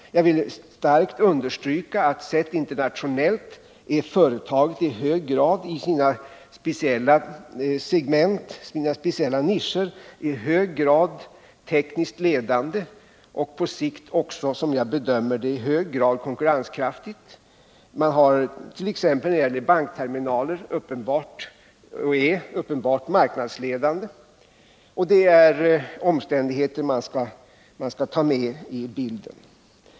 Jag vill starkt understryka att sett internationellt är företaget i sina speciella segment, sina speciella nischer, i hög grad tekniskt ledande och på sikt också, som jag bedömer det, i hög grad konkurrenskraftigt. Man är t.ex. när det gäller bankterminaler uppenbart marknadsledande. Det är omständigheter man skall ta med i bilden.